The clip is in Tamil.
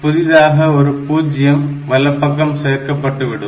இதனால் புதிதாக 0 வலப்பக்கம் சேர்க்கப்பட்டு விடும்